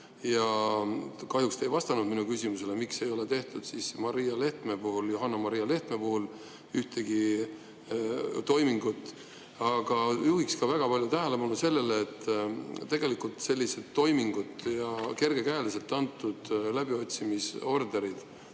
Ja kahjuks te ei vastanud minu küsimusele, miks ei ole tehtud Johanna-Maria Lehtme puhul ühtegi toimingut. Aga juhiks ka väga palju tähelepanu sellele, et tegelikult sellised toimingud ja kergekäeliselt antud läbiotsimisorderid,